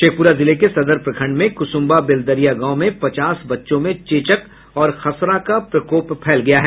शेखपुरा जिले के सदर प्रखंड में कुसुम्भा बेलदरिया गांव में पचास बच्चों में चेचक और खसरा का प्रकोप फैल गया है